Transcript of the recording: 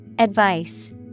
Advice